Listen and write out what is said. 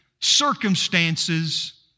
circumstances